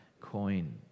coin